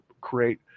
create